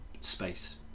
space